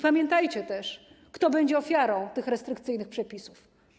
Pamiętajcie też, kto będzie ofiarą tych restrykcyjnych przepisów.